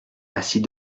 assis